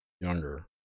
younger